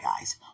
guys